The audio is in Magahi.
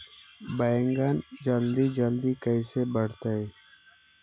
बैगन जल्दी जल्दी कैसे बढ़तै?